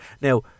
now